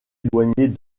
éloignées